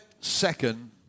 second